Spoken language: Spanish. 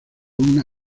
una